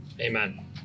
Amen